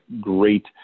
great